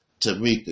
Tamika